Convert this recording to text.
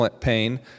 pain